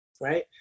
right